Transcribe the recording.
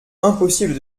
impossible